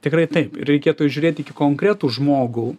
tikrai taip reikėtų žiūrėti iki konkretų žmogų